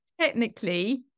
technically